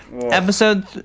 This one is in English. episode